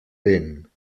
vent